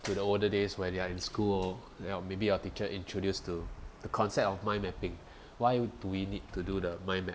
to the older days where they're in school or maybe your teacher introduce to the concept of mind mapping why do we need to do the mind map